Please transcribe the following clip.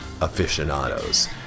aficionados